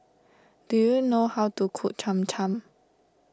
do you know how to cook Cham Cham